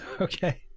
Okay